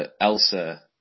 elsa